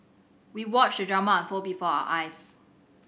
we watched the drama unfold before our eyes